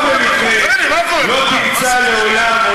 לא תמצא לעולם,